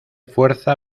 fuerza